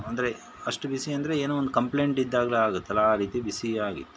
ಅಂದರೆ ಅಷ್ಟು ಬಿಸಿ ಅಂದರೆ ಏನೋ ಒಂದು ಕಂಪ್ಲೈಂಟ್ ಇದ್ದಾಗ ಆಗತ್ತಲ್ಲ ಆ ರೀತಿ ಬಿಸಿ ಆಗಿತ್ತು